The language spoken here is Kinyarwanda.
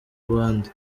rwanda